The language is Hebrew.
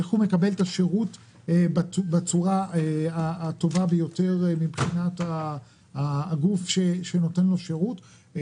איך הוא מקבל את השירות בצורה הטובה ביותר מבחינת הגוף שנותן לו שירות.